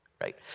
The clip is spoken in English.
right